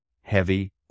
heavy